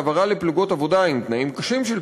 העברה לפלוגות עבודה עם תנאים קשים של